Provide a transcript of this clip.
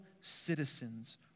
citizens